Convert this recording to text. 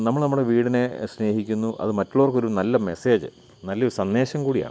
നമ്മൾ നമ്മുടെ വീടിനെ സ്നേഹിക്കുന്നു അത് മറ്റുള്ളവർക്കൊരു നല്ല മെസ്സേജ് നല്ലയൊരു സന്ദേശം കൂടിയാണ്